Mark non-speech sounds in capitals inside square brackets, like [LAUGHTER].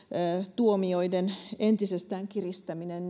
tuomioiden entisestään kiristäminen [UNINTELLIGIBLE]